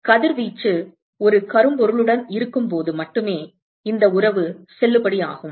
கதிர்வீச்சு ஒரு கரும்பொருளுடன் இருக்கும்போது மட்டுமே இந்த உறவு செல்லுபடியாகும்